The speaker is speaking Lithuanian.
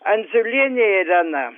andziulienė irena